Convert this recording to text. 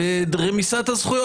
ברמיסת הזכויות.